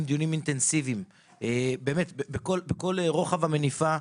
דיונים אינטנסיביים בכל רוחב המניפה,